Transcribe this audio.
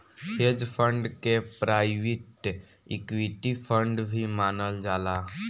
hedge fund के private equity fund भी मानल जाला